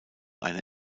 eine